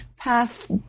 path